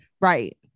Right